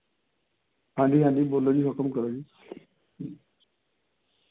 ਹਾਂਜੀ ਹਾਂਜੀ ਬੋਲੋ ਜੀ ਹੁਕਮ ਕਰੋ ਜੀ